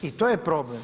I to je problem.